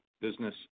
business